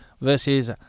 versus